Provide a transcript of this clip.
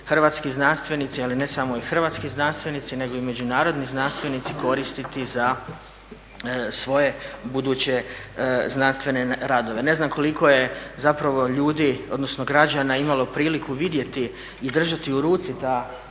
hrvatski znanstvenici, ali ne samo hrvatski znanstvenici nego i međunarodni znanstvenici koristiti za svoje buduće znanstvene radove. Ne znam koliko je građana imalo priliku vidjeti i držati u ruci ta izdanja